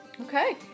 Okay